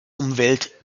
umwelt